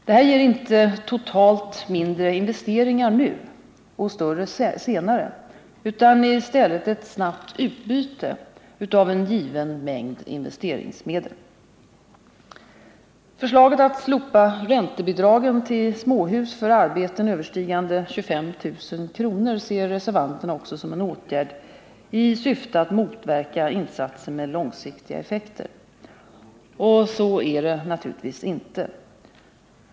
Detta ger inte totalt mindre investeringar nu och större senare, utan i stället ett snabbt Förslaget att slopa räntebidragen till småhus för arbeten överstigande 25 000 kr. ser reservanterna också som en åtgärd i syfte att motverka insatser med långsiktiga effekter. Så är det naturligtvis inte.